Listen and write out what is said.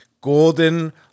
golden